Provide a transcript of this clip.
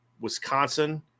Wisconsin